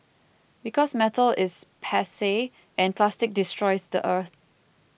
because metal is passe and plastic destroys the earth